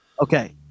Okay